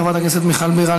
חברת הכנסת מיכל בירן,